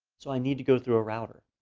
so i need to go through a router.